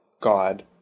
God